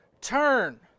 turn